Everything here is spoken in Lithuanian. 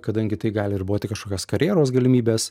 kadangi tai gali riboti kažkokios karjeros galimybes